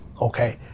Okay